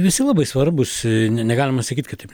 visi labai svarbūs ne negalima sakyt kad taip